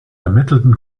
ermittelten